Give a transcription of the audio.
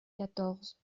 quatorze